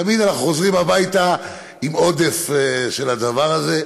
תמיד אנחנו חוזרים הביתה עם עודף של הדבר הזה.